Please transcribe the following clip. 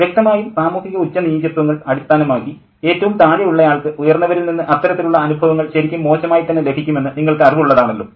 വ്യക്തമായും സാമൂഹിക ഉച്ചനീചത്വങ്ങൾ അടിസ്ഥാനമാക്കി ഏറ്റവും താഴെയുള്ളയാൾക്ക് ഉയർന്നവരിൽ നിന്ന് അത്തരത്തിലുള്ള അനുഭവങ്ങൾ ശരിക്കും മോശമായി തന്നെ ലഭിക്കുമെന്ന് നിങ്ങൾക്ക് അറിവുള്ളതാണല്ലോ